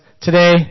today